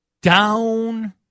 down